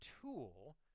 tool